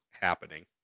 happening